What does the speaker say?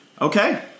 Okay